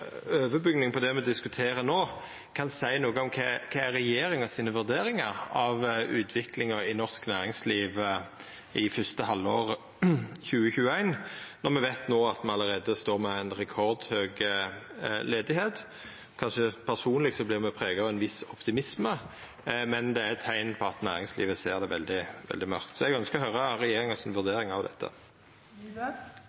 det me diskuterer no – seia litt om kva som er regjeringa sine vurderingar av utviklinga i norsk næringsliv i fyrste halvår 2021, når me allereie no veit at me står med rekordhøg arbeidsløyse. Kanskje vert me personleg prega av ein viss optimisme, men det er teikn til at næringslivet ser veldig mørkt på det. Eg ønskjer å høyra regjeringa